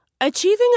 Achieving